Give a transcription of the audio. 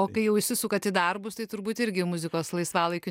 o kai jau įsisukat į darbus tai turbūt irgi muzikos laisvalaikiu